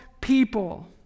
people